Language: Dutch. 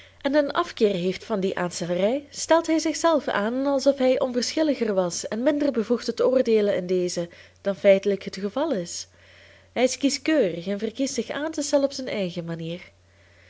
en een afkeer heeft van die aanstellerij stelt hij zich zelf aan alsof hij onverschilliger was en minder bevoegd tot oordeelen in dezen dan feitelijk het geval is hij is kieskeurig en verkiest zich aan te stellen op zijn eigen manier